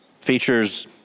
features